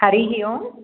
हरिः ओम्